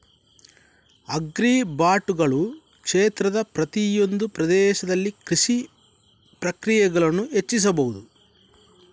ಆಗ್ರಿಬಾಟುಗಳು ಕ್ಷೇತ್ರದ ಪ್ರತಿಯೊಂದು ಪ್ರದೇಶದಲ್ಲಿ ಕೃಷಿ ಪ್ರಕ್ರಿಯೆಗಳನ್ನು ಹೆಚ್ಚಿಸಬಹುದು